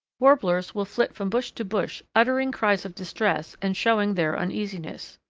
warblers will flit from bush to bush uttering cries of distress and showing their uneasiness.